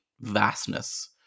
vastness